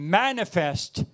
manifest